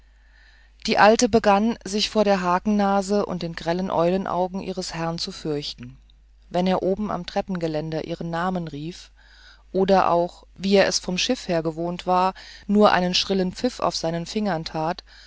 die alte begann sich immer mehr vor der hakennase und den grellen eulenaugen ihres herrn zu fürchten wenn er oben am treppengeländer ihren namen rief oder auch wie er es vom schiff her gewohnt war nur einen schrillen pfiff auf seinen fingern tat